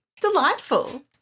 Delightful